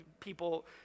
People